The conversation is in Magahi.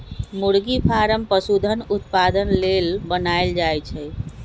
मुरगि फारम पशुधन उत्पादन लेल बनाएल जाय छै